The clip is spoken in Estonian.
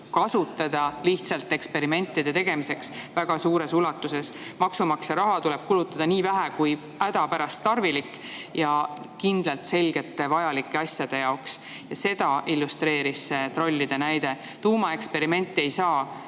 ulatuses lihtsalt eksperimentide tegemiseks. Maksumaksja raha tuleb kulutada nii vähe kui hädapärast tarvilik ja kindlalt, selgelt vajalike asjade jaoks. Seda illustreeris see trollide näide. Tuumaeksperimenti ei saa